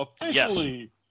officially –